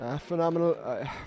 Phenomenal